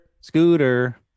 Scooter